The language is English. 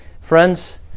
Friends